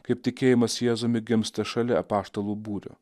kaip tikėjimas jėzumi gimsta šalia apaštalų būrio